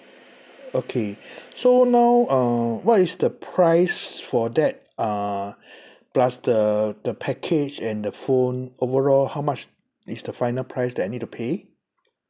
okay so now uh what is the price for that uh plus the the package and the phone overall how much is the final price that I need to pay